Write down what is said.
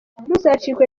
ntuzacikwe